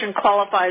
qualifies